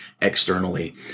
externally